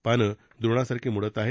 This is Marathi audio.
पानं द्रोणासारखी मुडत आहेत